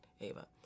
Ava